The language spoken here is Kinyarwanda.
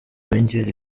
b’ingeri